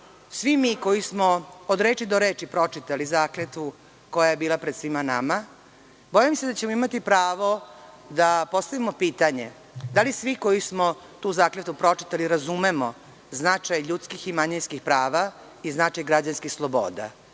svi mi koji smo od reči do reči pročitali zakletvu koja je bila pred svima nama, bojim se da ćemo imati pravo da postavimo pitanje - da li svi koji smo tu zakletvu pročitali razumemo značaj ljudskih i manjinskih prava i značaj građanskih sloboda